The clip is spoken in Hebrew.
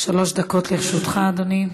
שלוש דקות לרשותך, אדוני.